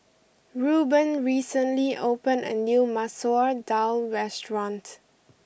Ruben recently opened a new Masoor Dal restaurant